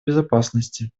безопасности